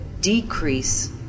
decrease